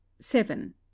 Seven